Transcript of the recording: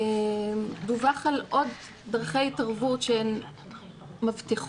דווח על עוד דרכי התערבות שהן מבטיחות,